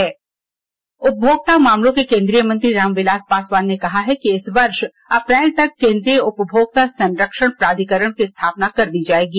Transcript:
रामविलास पासवान उपभोक्ता मामलों के केन्द्रीय मंत्री रामविलास पासवान ने कहा है कि इस वर्ष अप्रैल तक केन्द्रीय उपभोक्ता संरक्षण प्राधिकरण की स्थापना कर दी जाएगी